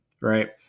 right